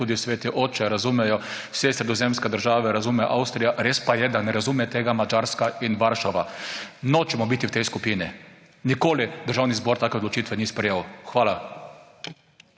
tudi sveti oče, razumejo vse sredozemske države, razume Avstrija. Res pa je, da ne razume tega Madžarska in Varšava. Nočemo biti v tej skupini! Nikoli državni zbor take odločite ni sprejel! Hvala.